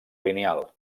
lineal